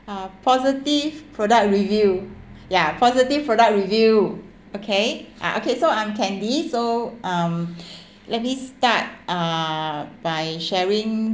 uh positive product review ya positive product review okay ah okay so I'm candy so um let me start uh by sharing